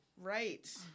right